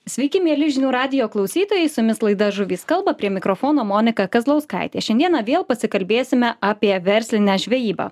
sveiki mieli žinių radijo klausytojai su jumis laida žuvys kalba prie mikrofono monika kazlauskaitė šiandieną vėl pasikalbėsime apie verslinę žvejybą